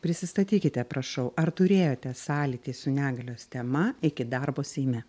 prisistatykite prašau ar turėjote sąlytį su negalios tema iki darbo seime